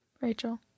Rachel